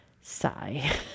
Sigh